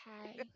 Hi